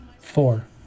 Four